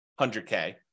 100K